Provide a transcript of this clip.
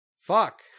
fuck